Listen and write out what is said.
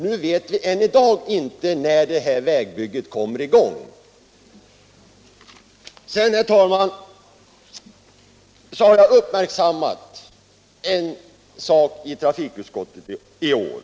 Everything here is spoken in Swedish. Nu vet vi än i dag inte när vägbygget kommer i gång. Sedan, herr talman, har jag uppmärksammat en sak i trafikutskottet i år.